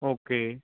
okay